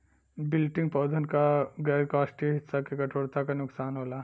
wilting पौधन क गैर काष्ठीय हिस्सा के कठोरता क नुकसान होला